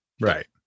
right